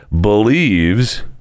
believes